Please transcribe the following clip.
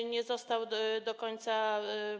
On nie został do końca.